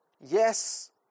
yes